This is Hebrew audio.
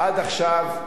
עד עכשיו,